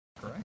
Correct